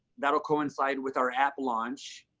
that'll coincide with our app launch.